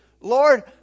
Lord